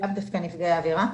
לאו דווקא נפגעי עבירה,